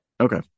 okay